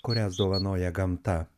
kurias dovanoja gamta